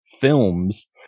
films